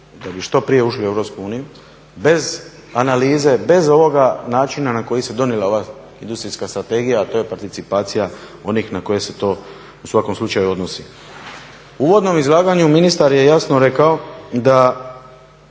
da bi što prije ušli u EU bez analize, bez ovoga načina na koji se donijela ova Industrijska strategija, a to je participacija onih na koje se to u svakom slučaju odnosi. U uvodnom izlaganju ministar je jasno rekao da